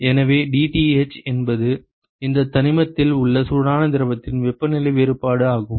எனவே dTh என்பது இந்த தனிமத்தில் உள்ள சூடான திரவத்தின் வெப்பநிலை வேறுபாடு ஆகும்